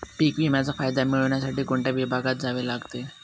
पीक विम्याचा फायदा मिळविण्यासाठी कोणत्या विभागात जावे लागते?